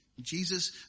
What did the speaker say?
Jesus